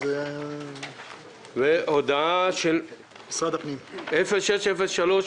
הודעה 06-003,